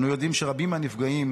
אנו יודעים שרבים מהנפגעים